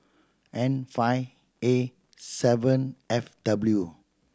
N five A seven F W